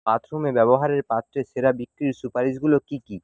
বাথরুমে ব্যবহারের পাত্রে সেরা বিক্রির সুপারিশগুলো কী কী